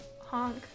Honk